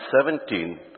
17